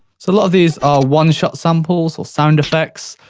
so of these are one-shot samples, or sound effects.